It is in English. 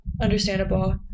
Understandable